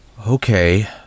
Okay